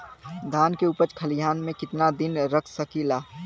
धान के उपज खलिहान मे कितना दिन रख सकि ला?